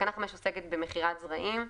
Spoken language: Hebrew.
עוסקת במכירת זרעים,